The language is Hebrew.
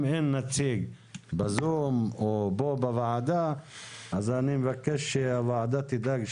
אם אין נציג בזום או פה בוועדה אז אני מבקש שהוועדה תדאג,